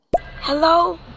hello